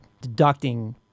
deducting